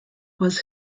was